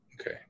Okay